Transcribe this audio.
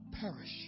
perish